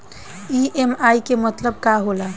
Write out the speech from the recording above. EMI के मतलब का होला?